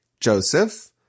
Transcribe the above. Joseph